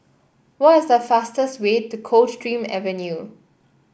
what is the fastest way to Coldstream Avenue